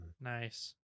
nice